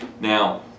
Now